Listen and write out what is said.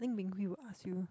I think Ming-Hui will ask you